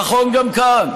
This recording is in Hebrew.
אמרתי שוב, נכון גם כאן.